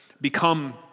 become